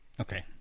okay